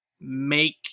make